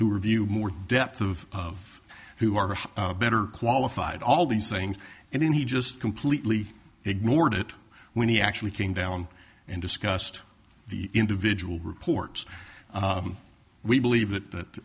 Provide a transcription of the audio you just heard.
who reviewed more depth of who are better qualified all these things and then he just completely ignored it when he actually came down and discussed the individual reports we believe that th